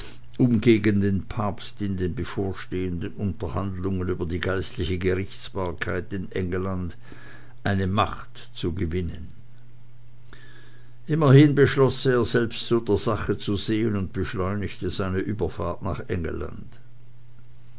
um gegen den papst in den bevorstehenden unterhandlungen über die geistliche gerichtsbarkeit in engelland eine macht zu gewinnen immerhin beschloß er selbst zu der sache zu sehen und beschleunigte seine überfahrt nach engelland